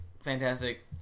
Fantastic